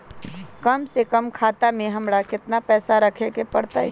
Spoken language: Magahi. कम से कम खाता में हमरा कितना पैसा रखे के परतई?